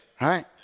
Right